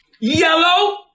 Yellow